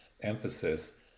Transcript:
emphasis